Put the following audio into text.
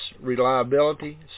reliability